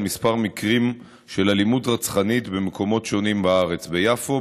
על כמה מקרים של אלימות רצחנית במקומות שונים בארץ: ביפו,